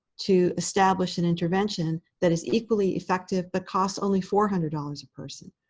to establish an intervention that is equally effective, but costs only four hundred dollars a person.